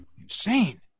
insane